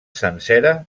sencera